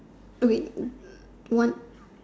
wait one